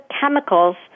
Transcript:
chemicals